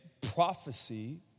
prophecy